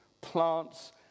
plants